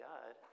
God